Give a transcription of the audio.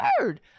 word